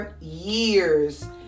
Years